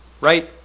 right